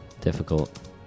difficult